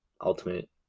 ultimate